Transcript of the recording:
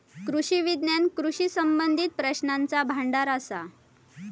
कृषी विज्ञान कृषी संबंधीत प्रश्नांचा भांडार असा